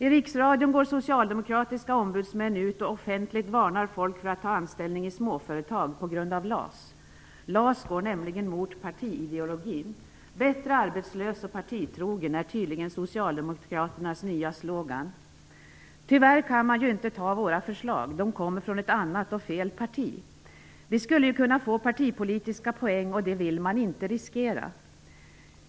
I Riksradion går socialdemokratiska ombudsmän ut och offentligt varnar folk för att ta anställning i småföretag på grund av LAS. LAS går nämligen mot partiideologin. Bättre arbetslös och partitrogen är tydligen socialdemokraternas nya slogan. Tyvärr kan man ju inte acceptera våra förslag. De kommer ju från ett annat och fel parti. Ny demokrati skulle kunna få partipolitiska poäng, och det vill man inte riskera.